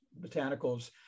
botanicals